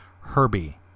Herbie